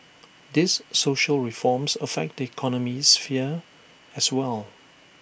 these social reforms affect the economic sphere as well